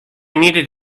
needed